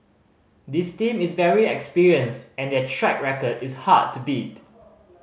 this team is very experienced and their track record is hard to beat